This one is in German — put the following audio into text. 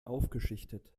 aufgeschichtet